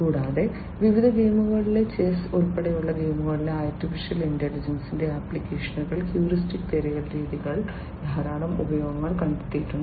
കൂടാതെ വിവിധ ഗെയിമുകളിലെ ചെസ്സ് ഉൾപ്പെടെയുള്ള ഗെയിമുകളിലെ AI യുടെ ആപ്ലിക്കേഷനുകളിൽ ഹ്യൂറിസ്റ്റിക് തിരയൽ രീതികൾ ധാരാളം ഉപയോഗങ്ങൾ കണ്ടെത്തിയിട്ടുണ്ട്